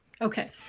okay